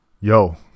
Yo